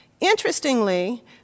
Interestingly